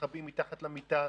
מתחבאים מתחת למיטה,